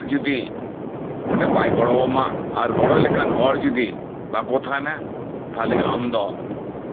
ᱥᱚᱨᱠᱟᱨ ᱡᱚᱫᱤ ᱚᱸᱰᱮ ᱵᱟᱭ ᱜᱚᱲᱚ ᱟᱢᱟ ᱟᱨ ᱜᱚᱲᱚ ᱞᱮᱠᱟᱱ ᱦᱚᱲ ᱡᱚᱫᱤ ᱵᱟᱠᱚ ᱛᱟᱦᱮᱱᱟ ᱛᱟᱦᱚᱞᱮ ᱟᱢ ᱫᱚ